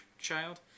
child